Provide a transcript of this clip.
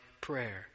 prayer